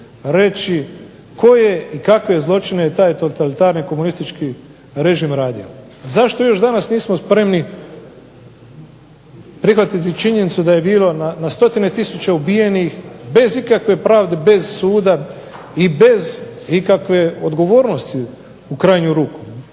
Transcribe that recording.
reći koje i kakve je zločine taj totalitarni komunistički režim radio. Zašto još danas nismo spremni prihvatiti činjenicu da je bilo na stotine tisuće ubijenih bez ikakve pravde, bez suda i bez ikakve odgovornosti u krajnju ruku.